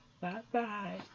Bye-bye